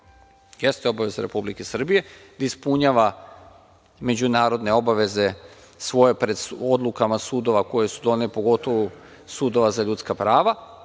Jeste obaveza Republike Srbije da ispunjava međunarodne obaveze iz odluka sudova, pogotovo sudova za ljudska prava,